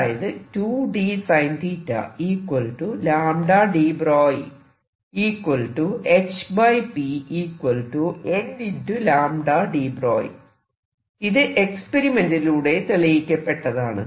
അതായത് ഇത് എക്സ്പെരിമെന്റിലൂടെ തെളിയിക്കപ്പെട്ടതാണ്